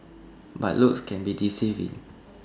but looks can be deceiving